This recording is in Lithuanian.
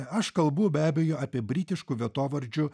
aš kalbu be abejo apie britiškų vietovardžių